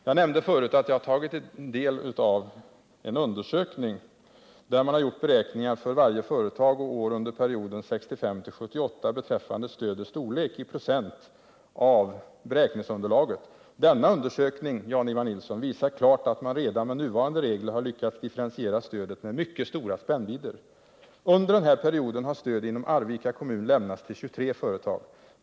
Jag nämnde förut att jag tagit del av en undersökning, där man har gjort beräkningar för varje företag och år under perioden 1965-1978 beträffande stödets storlek i procent av beräkningsunderlaget. Denna undersökning, Jan-Ivan Nilsson, visar klart att man redan med nuvarande regler har lyckats differentiera stödet med mycket stora spännvidder. Under den här perioden har stöd inom Arvika kommun lämnats 23 företag.